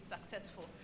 successful